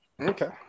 Okay